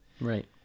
Right